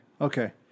Okay